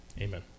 Amen